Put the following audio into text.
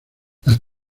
las